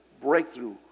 breakthrough